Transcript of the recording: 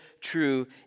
true